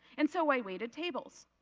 and so i waited tables.